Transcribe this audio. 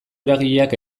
eragileak